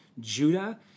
Judah